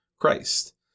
Christ